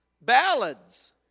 ballads